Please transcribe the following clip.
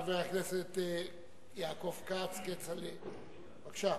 חבר הכנסת יעקב כץ, כצל'ה, בבקשה.